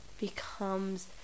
becomes